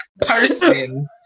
person